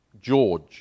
George